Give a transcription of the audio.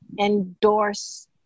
endorse